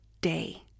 day